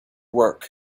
work